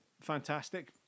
fantastic